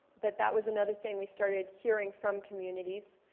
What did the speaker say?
but that was another thing we started hearing from communities.